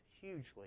hugely